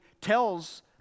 tells